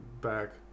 back